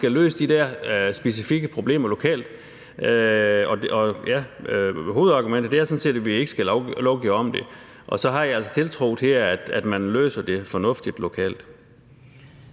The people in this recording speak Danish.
skal løse de der specifikke problemer lokalt. Hovedargumentet er sådan set, at vi ikke skal lovgive om det, og så har jeg altså tiltro til, at man løser det fornuftigt lokalt.